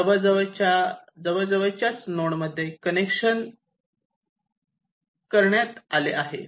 जवळ जवळच्या नोड मध्येच कनेक्शन करण्यात आले आहे